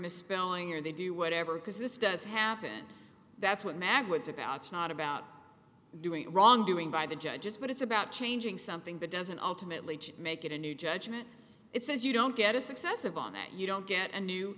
misspelling or they do whatever because this does happen that's what mag woods about it's not about doing it wrong doing by the judges but it's about changing something that doesn't ultimately make it a new judgment it says you don't get a successive on that you don't get a new